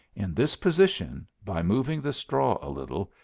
in this position, by moving the straw a little,